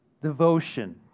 Devotion